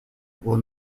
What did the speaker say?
will